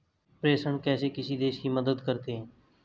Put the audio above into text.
प्रेषण कैसे किसी देश की मदद करते हैं?